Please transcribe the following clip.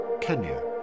Kenya